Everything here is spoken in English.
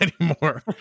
anymore